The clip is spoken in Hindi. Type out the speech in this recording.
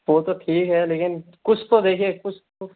वो तो ठीक है लेकिन कुछ तो देखिए कुछ तो